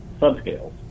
subscales